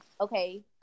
okay